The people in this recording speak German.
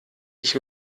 ich